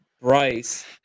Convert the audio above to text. bryce